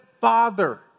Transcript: father